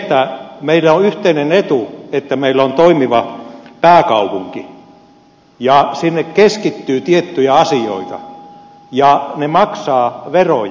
ja meille on yhteinen etu että meillä on toimiva pääkaupunki ja sinne keskittyy tiettyjä asioita jotka maksavat veroja